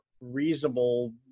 reasonable